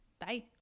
bye